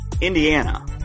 Indiana